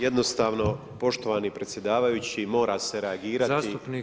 Jednostavno poštovani predsjedavajući mora se reagirati.